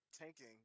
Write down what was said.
tanking